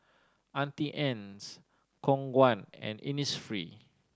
Auntie Anne's Khong Guan and Innisfree